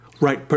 Right